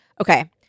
Okay